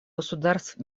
государств